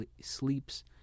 sleeps